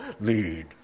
lead